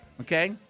okay